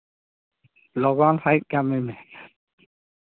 ᱞᱚᱜᱚᱱ ᱥᱟᱹᱦᱤᱡ ᱠᱟᱹᱢᱤ ᱢᱮ